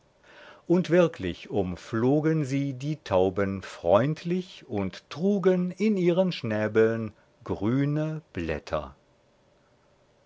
und wirklich umflogen sie die tauben freundlich und trugen in ihren schnäbeln grüne blätter